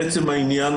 לעצם העניין,